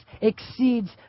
exceeds